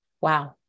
wow